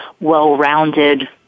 well-rounded